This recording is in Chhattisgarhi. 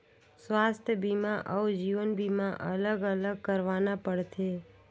स्वास्थ बीमा अउ जीवन बीमा अलग अलग करवाना पड़थे?